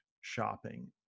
shopping